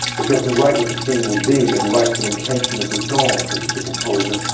but you have to write what the scene will be and write the intention of the song, so that the composer,